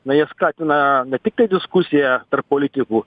na jie skatina ne tiktai diskusiją tarp politikų